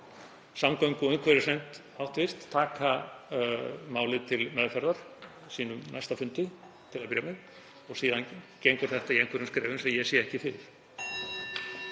samgöngu- og umhverfisnefnd taka málið til meðferðar á sínum næsta fundi til að byrja með og síðan gengur þetta í einhverjum skrefum sem ég sé ekki fyrir.